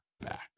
back